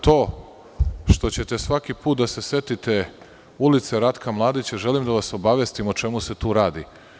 To što ćete svaki put da se setite ulice Ratka Mladića, želim da vas obavestim o čemu se tu radi.